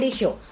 show